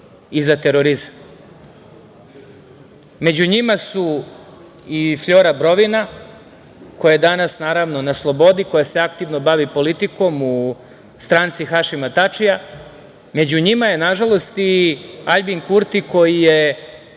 i za terorizam. Među njima su Flora Brovina koja je danas naravno na slobodi, koja se aktivno bavi politikom u stranci Hašima Tačija. Među njima je nažalost i Aljbin Kurti koje je